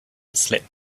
slept